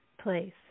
place